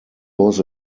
was